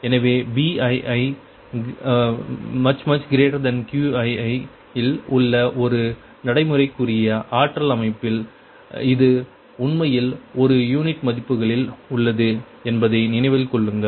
எனவே BiiQi இல் உள்ள ஒரு நடைமுறைக்குரிய ஆற்றல் அமைப்பில் இது உண்மையில் ஒரு யூனிட் மதிப்புகளில் உள்ளது என்பதை நினைவில் கொள்ளுங்கள்